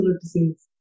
disease